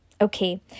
Okay